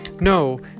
No